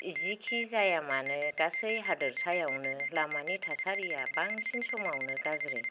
जिखिजायामानो गासै हादोरसायावनो लामानि थासारिया बांसिन समावनो गाज्रि